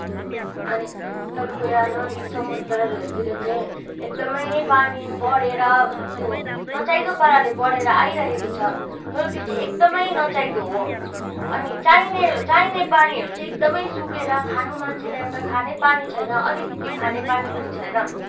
अनि तपाईँको यहाँ नदी समुन्द्रहरूतिर चाहिँ एकदमै पानी बढेर त्यो नचाहिँदो पाराले बढेर आइरहेको छ तर त्यो चाहिँ एकदमै नचाहिँदो हो अनि चाहिने चाहिने पानीहरू चाहिँ एकदमै सुकेर खाने मान्छेलाई एउटा खाने पानी छैन अलिकति खाने पानी पनि छैन